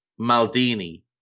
Maldini